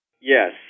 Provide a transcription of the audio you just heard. yes